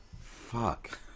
fuck